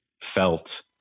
felt